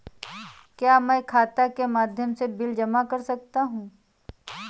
क्या मैं खाता के माध्यम से बिल जमा कर सकता हूँ?